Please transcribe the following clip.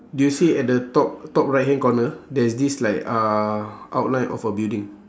do you see at the top top right hand corner there's this like uh outline of a building